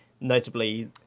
Notably